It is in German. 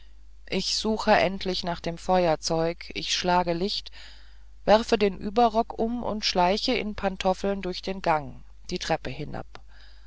ich suche endlich nach dem feuerzeug ich schlage licht werfe den überrock um und schleiche in pantoffeln durch den gang die treppe hinab